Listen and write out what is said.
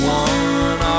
one